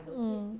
mm